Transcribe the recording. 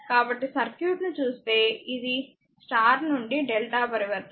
కాబట్టి సర్క్యూట్ని చూస్తే ఇది స్టార్ నుండి డెల్టా పరివర్తన